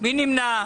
מי נמנע?